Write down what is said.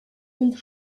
und